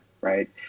right